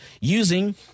using